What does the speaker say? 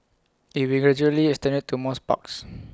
IT will gradually extended to more parks